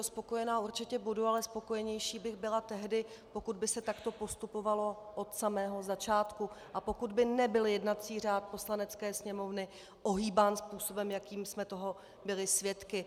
Spokojená určitě budu, ale spokojenější bych byla tehdy, pokud by se takto postupovalo od samého začátku a pokud by nebyl jednací řád Poslanecké sněmovny ohýbán způsobem, jakým jsme toho byli svědky.